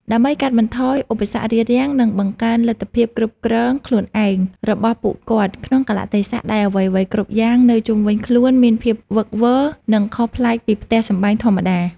ដើម្បីកាត់បន្ថយឧបសគ្គរារាំង និងបង្កើនលទ្ធភាពគ្រប់គ្រងខ្លួនឯងរបស់ពួកគាត់ ក្នុងកាលៈទេសៈដែលអ្វីៗគ្រប់យ៉ាងនៅជុំវិញខ្លួនមានភាពវឹកវរ និងខុសប្លែកពីផ្ទះសម្បែងធម្មតា។